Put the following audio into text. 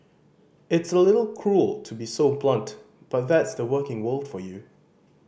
it's a little cruel to be so blunt but that's the working world for you